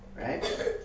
Right